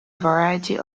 variety